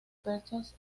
perchas